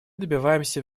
добиваемся